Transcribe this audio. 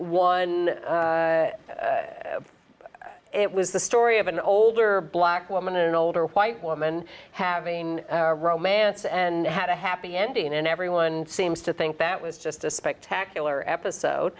one it was the story of an older black woman an older white woman having a romance and had a happy ending and everyone seems to think that was just a spectacular episode